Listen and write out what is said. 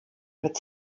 mit